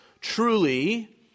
Truly